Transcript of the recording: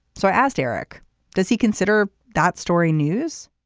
so i asked eric does he consider that story news